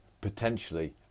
potentially